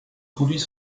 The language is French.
conduits